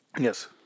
Yes